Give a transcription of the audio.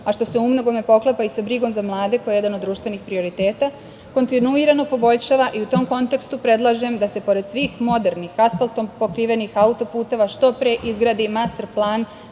a što se u mnogome poklapa i sa brigom za mlade, koja je jedan od društvenih prioriteta, kontinuirano poboljšava i u tom kontekstu predlažem da se pored svih modernih asfaltom pokrivenih autoputeva što pre izgradi i master plan